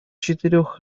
четырех